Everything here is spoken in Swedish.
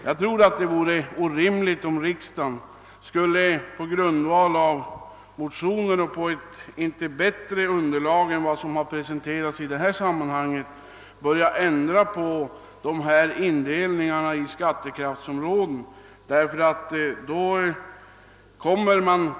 Jag tror att det vore orimligt, om riksdagen skulle på grundval av motioner och på ett underlag som inte är bättre än det som har presenterats i detta sammanhang börja ändra på indelningen i skattekraftsområdena.